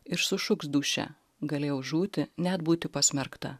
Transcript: ir sušuks dūšia galėjau žūti net būti pasmerkta